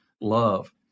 love